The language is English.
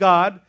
God